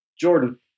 jordan